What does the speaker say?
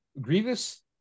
Grievous